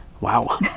Wow